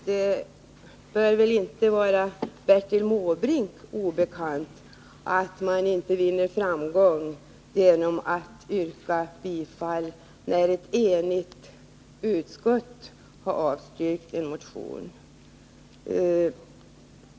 Herr talman! Det torde väl inte vara Bertil Måbrink obekant att man inte vinner framgång genom att yrka bifall till en motion, när ett enigt utskott har avstyrkt den.